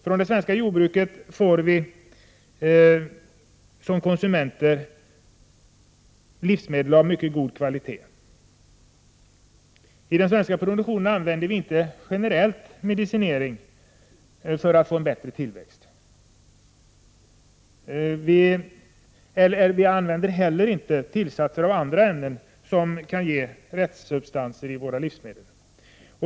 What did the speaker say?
Från det svenska jordbruket får vi som konsumenter livsmedel av mycket god kvalitet. I den svenska produktionen använder man inte generellt medicinering för att få en bättre tillväxt. Vi använder inte heller tillsatser av andra ämnen som kan ge restsubstanser i våra livsmedel.